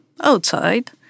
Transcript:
outside